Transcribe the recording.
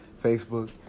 Facebook